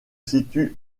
situe